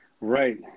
Right